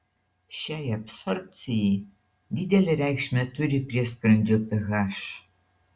šiai absorbcijai didelę reikšmę turi prieskrandžio ph